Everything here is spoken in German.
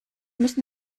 müssen